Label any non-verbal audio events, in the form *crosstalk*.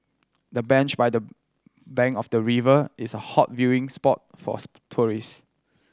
the bench by the bank of the river is a hot viewing spot for *unintelligible* tourist